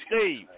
Steve